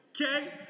Okay